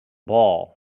ball